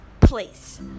place